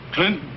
Clint